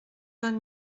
vingt